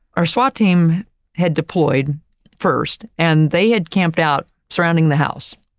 our swat team had deployed first and they had camped out surrounding the house.